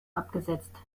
abgesetzt